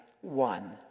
one